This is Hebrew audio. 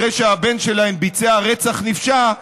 אחרי שהבן שלהן ביצע רצח נפשע,